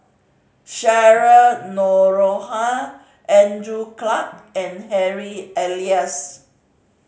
Cheryl Noronha Andrew Clarke and Harry Elias